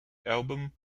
album